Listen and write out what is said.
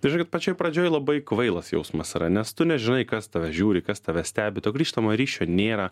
tai žinokit pačioj pradžioj labai kvailas jausmas yra nes tu nežinai kas tave žiūri kas tave stebi to grįžtamojo ryšio nėra